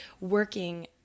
working